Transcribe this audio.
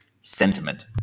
sentiment